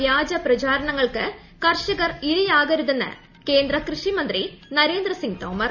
വ്യാജപ്രചരണങ്ങൾക്ക് ക്ർഷികർ ഇരയാകരുതെന്ന് കേന്ദ്ര കൃഷിമന്ത്രി നര്ട്രിന്ദ്രിസിംഗ് തോമർ